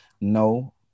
no